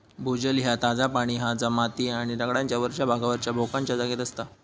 भूजल ह्या ताजा पाणी हा जा माती आणि दगडांच्या वरच्या भागावरच्या भोकांच्या जागेत असता